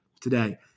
today